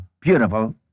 beautiful